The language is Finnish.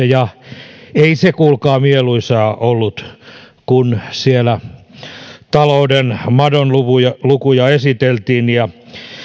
ja ei se kuulkaa mieluisaa ollut kun siellä talouden madonlukuja esiteltiin ja